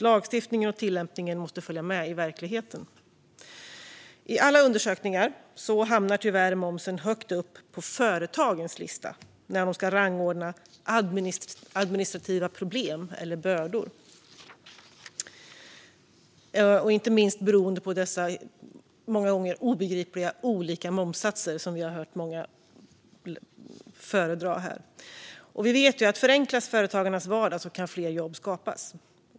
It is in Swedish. Lagstiftningen och tillämpningen måste följa med i verkligheten. I alla undersökningar hamnar tyvärr momsen högt upp på företagens lista när de ska rangordna administrativa problem eller bördor, inte minst beroende på de många gånger obegripliga skillnader i momssatser som vi har hört flera talare ta upp. Vi vet ju att fler jobb kan skapas om företagarnas vardag förenklas.